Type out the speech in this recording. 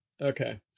okay